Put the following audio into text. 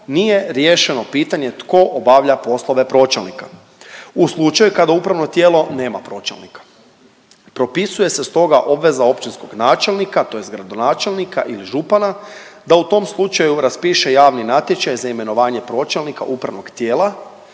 nije riješeno pitanje tko obavlja poslove pročelnika, u slučaju kada upravno tijelo nema pročelnika propisuje se stoga obveza općinskog načelnika tj. gradonačelnika ili župana da u tom slučaju raspiše javni natječaj za imenovanje pročelnika upravnog tijela,